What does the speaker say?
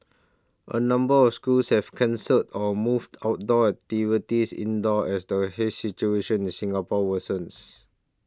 a number of schools have cancelled or moved outdoor activities indoors as the haze situation in Singapore worsens